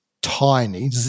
tiny